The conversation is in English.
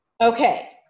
Okay